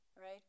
right